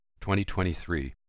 2023